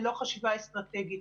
ללא חשיבה אסטרטגית.